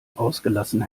ausgelassen